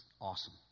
Awesome